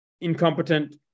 incompetent